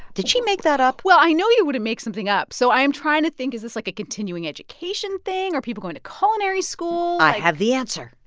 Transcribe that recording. did she make that up? well, i know you wouldn't make something up, so i am trying to think, is this, like, a continuing education thing? are people going to culinary school? i have the answer.